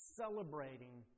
celebrating